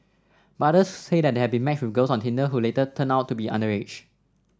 but others say they have been matched with girls on Tinder who later turned out to be underage